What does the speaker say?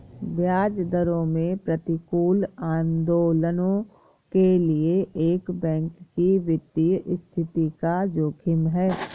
ब्याज दरों में प्रतिकूल आंदोलनों के लिए एक बैंक की वित्तीय स्थिति का जोखिम है